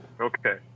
Okay